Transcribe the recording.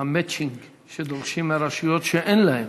המצ'ינג שדורשים מהרשויות, שאין להן.